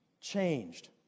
changed